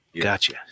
Gotcha